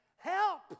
Help